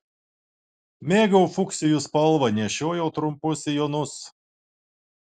mėgau fuksijų spalvą nešiojau trumpus sijonus